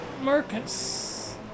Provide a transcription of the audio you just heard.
Marcus